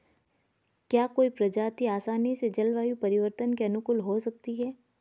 क्या कोई प्रजाति आसानी से जलवायु परिवर्तन के अनुकूल हो सकती है?